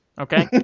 Okay